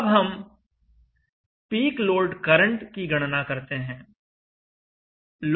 अब हम peak load current की गणना करते हैं